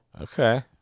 Okay